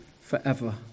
forever